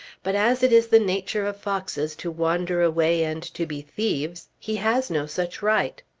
but as it is the nature of foxes to wander away and to be thieves, he has no such right.